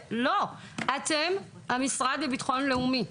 אתם המשרד לביטחון לאומי,